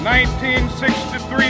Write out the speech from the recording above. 1963